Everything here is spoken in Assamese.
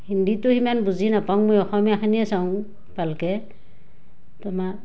হিন্দীটো সিমান বুজি নাপাওঁ মই অসমীয়াখিনিয়ে চাওঁ ভালকৈ তোমাৰ